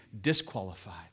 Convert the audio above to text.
disqualified